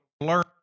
learn